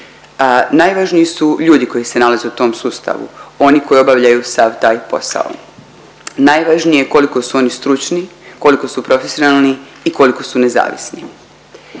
Najvažniji su ljudi koji se nalaze u tom sustavu, oni koji obavljaju sav taj posao. Najvažnije je koliko su oni stručni, koliko su profesionalni i koliko su nezavisni.